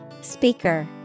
Speaker